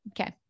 okay